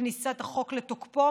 כניסת החוק לתוקפו,